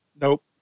Nope